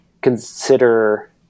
consider